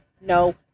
no